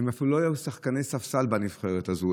והם לא היו אפילו שחקני ספסל בנבחרת הזאת.